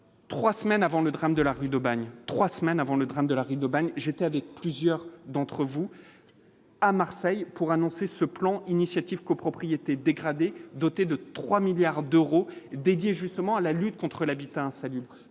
3 semaines avant le drame de la rue d'Aubagne, j'étais de plusieurs d'entre vous à Marseille pour annoncer ce plan initiative copropriétés dégradées, doté de 3 milliards d'euros dédiés justement à la lutte contre l'habitat insalubre